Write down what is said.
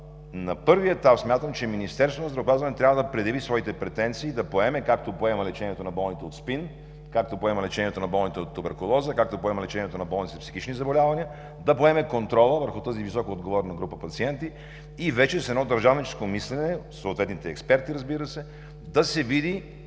На първи етап смятам, че Министерството на здравеопазването трябва да предяви своите претенции, да поеме – както поема лечението на болните от СПИН, както поема лечението на болните от туберкулоза, както поема лечението на болни с психични заболявания, да поеме контрола върху тази висока отговорна група пациенти, и вече с едно държавническо мислене съответните експерти, разбира се, да се види